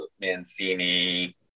Mancini